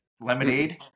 lemonade